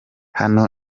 hano